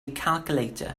calculator